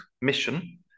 mission